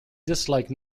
disliked